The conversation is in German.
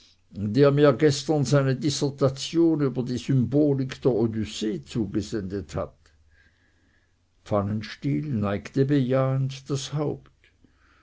der mir gestern seine dissertation über die symbolik der odyssee zugesendet hat pfannenstiel neigte bejahend das haupt